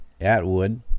Atwood